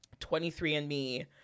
23andMe